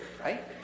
right